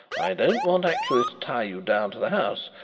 i don't want actually to tie you down to the house,